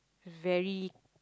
very